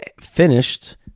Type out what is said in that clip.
finished